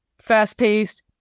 fast-paced